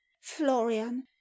florian